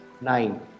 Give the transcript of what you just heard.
Nine